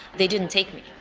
they didn't take me.